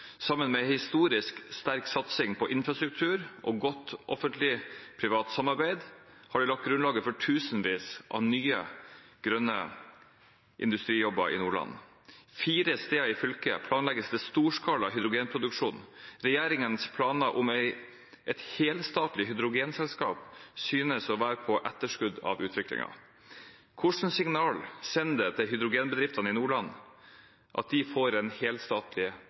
godt offentlig-privat samarbeid, har det lagt grunnlaget for tusenvis av nye, private jobber i grønn industri i Nordland. Fire steder i fylket planlegges det storskala hydrogenproduksjon. Regjeringens planer om et helstatlig hydrogenselskap synes å være på etterskudd av utviklingen. Hvilket signal sender det til hydrogenbedriftene i Nordland at de får en